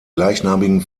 gleichnamigen